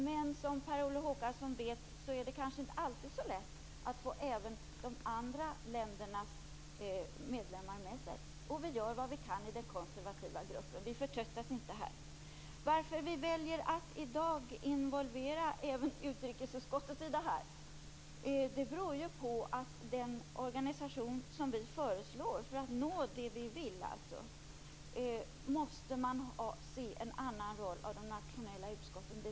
Men som Per Olof Håkansson vet, är det kanske inte alltid så lätt att även få de andra ländernas medlemmar med sig. Vi gör vad vi kan också i den konservativa gruppen. Vi förtröttas inte här. Att vi väljer att i dag även involvera utrikesutskottet i det här, beror ju på att man, för att få den organisation som vi föreslår för att nå det vi vill, måste se en annan roll för de nationella utskotten.